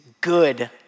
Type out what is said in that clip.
good